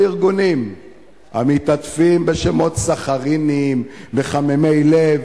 ארגונים המתעטפים בשמות סכריניים מחממי לב: